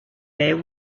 there